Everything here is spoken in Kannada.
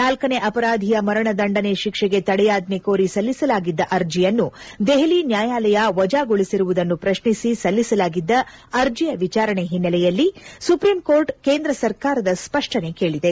ನಾಲ್ಲನೇ ಅಪರಾಧಿಯ ಮರಣ ದಂಡನೆ ಶಿಕ್ಷೆಗೆ ತಡೆಯಾಜ್ಞೆ ಕೋರಿ ಸಲ್ಲಿಸಲಾಗಿದ್ದ ಅರ್ಜಿಯನ್ನು ದೆಹಲಿ ನ್ಯಾಯಾಲಯ ವಜಾಗೊಳಿಸಿರುವುದನ್ನು ಪ್ರಶ್ನಿಸಿ ಸಲ್ಲಿಸಲಾಗಿದ್ದ ಅರ್ಜಿಯ ವಿಚಾರಣೆ ಓನ್ನೆಲೆಯಲ್ಲಿ ಸುಪ್ರೀಂಕೋರ್ಟ್ ಕೇಂದ್ರ ಸರ್ಕಾರದ ಸ್ಪಷ್ಟನೆ ಕೇಳಿದೆ